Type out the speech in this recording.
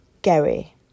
Gary